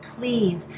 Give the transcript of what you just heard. please